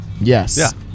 Yes